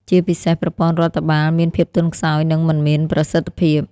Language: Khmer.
ជាពិសេសប្រព័ន្ធរដ្ឋបាលមានភាពទន់ខ្សោយ និងមិនមានប្រសិទ្ធភាព។